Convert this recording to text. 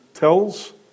tells